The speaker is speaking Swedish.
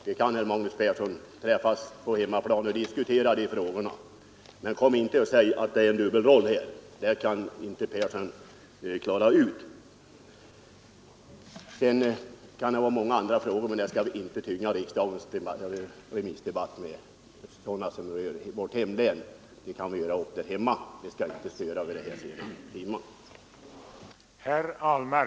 Vi kan, Magnus Persson, träffas på hemmaplan och diskutera dessa frågor, men kom inte och säg att det är en dubbelroll — det kan inte Magnus Persson göra gällande. Sedan kan det vara många andra frågor som rör vårt hemlän, men dem skall vi inte tynga riksdagens allmänpolitiska debatt med. Sådana saker kan vi göra upp där hemma.